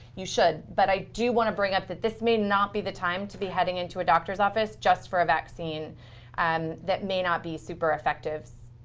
you should. but i do want to bring up that this may not be the time to be heading into a doctor's office just for a vaccine and that may not be super effective.